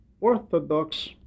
Orthodox